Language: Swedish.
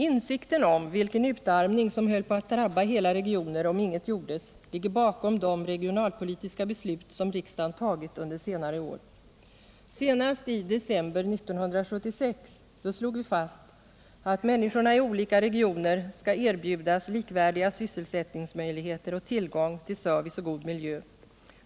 Insikten om vilken utarmning som skulle drabba hela regioner om ingenting gjordes ligger bakom de regionalpolitiska beslut som riksdagen tagit under senare år. Senast i december 1976 slog vi fast att människorna i olika regioner skulle erbjudas likvärdiga sysselsättningsmöjligheter och tillgång till service och god miljö.